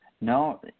No